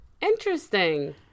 Interesting